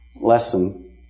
lesson